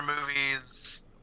movies